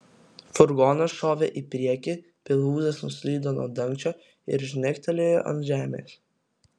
furgonas šovė į priekį pilvūzas nuslydo nuo dangčio ir žnegtelėjo ant žemės